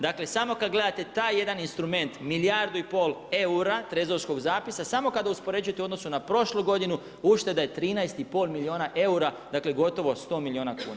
Dakle, samo kad gledate taj jedan instrument, milijardu i pol eura, trezorskog zapisa, samo kad uspoređujete u odnosu na prošlu godinu, ušteda je 13,5 milijuna eura dakle gotovo 100 milijuna kuna.